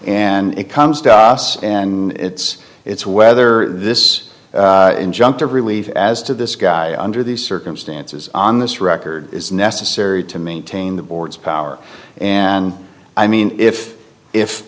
and it comes to us and it's it's whether this injunctive relief as to this guy under these circumstances on this record is necessary to maintain the board's power and i mean if if